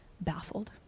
baffled